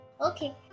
Okay